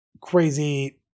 crazy